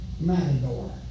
matador